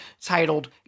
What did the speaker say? titled